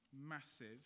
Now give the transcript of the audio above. massive